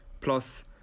plus